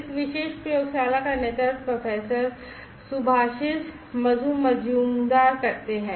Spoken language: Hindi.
इस विशेष प्रयोगशाला का नेतृत्व प्रोफेसर सुभाषिश बसु मजुमदार करते हैं